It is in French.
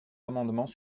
amendements